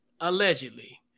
allegedly